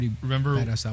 remember